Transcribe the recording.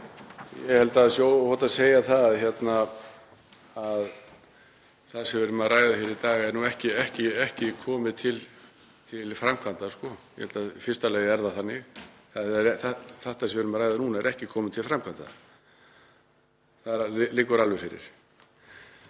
Ég held að það sé óhætt að segja að það sem við erum að ræða hér í dag er ekki komið til framkvæmda, í fyrsta lagi er það þannig. Það sem við erum að ræða núna er ekki komið til framkvæmda, það liggur alveg fyrir.